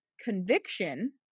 conviction